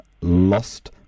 lost